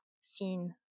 seen